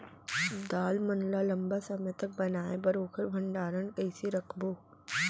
दाल मन ल लम्बा समय तक बनाये बर ओखर भण्डारण कइसे रखबो?